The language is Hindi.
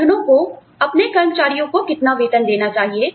संगठनों को अपने कर्मचारियों को कितना वेतन देना चाहिए